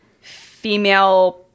female